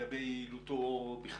לגבי יעילותו בכלל.